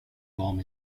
bomb